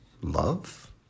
love